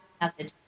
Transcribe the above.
message